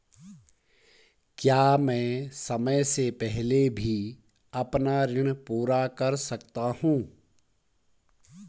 क्या मैं समय से पहले भी अपना ऋण पूरा कर सकता हूँ?